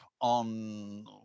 on